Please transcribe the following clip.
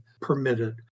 permitted